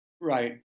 Right